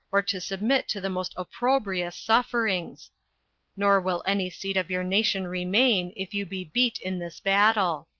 or to submit to the most opprobrious sufferings nor will any seed of your nation remain if you be beat in this battle.